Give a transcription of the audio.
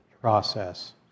process